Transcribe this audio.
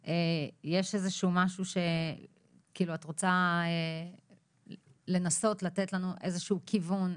יש איזה שהוא משהו שכאילו את רוצה לנסות לתת לנו איזה שהוא כיוון,